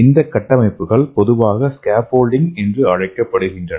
இந்த கட்டமைப்புகள் பொதுவாக ஸ்கேஃபோல்டிங் என்று அழைக்கப்படுகின்றன